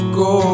go